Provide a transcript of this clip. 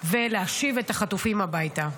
ולהשיב את החטופים הביתה.